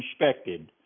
inspected